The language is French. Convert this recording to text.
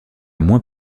moins